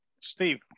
steve